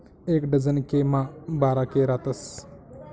एक डझन के मा बारा के रातस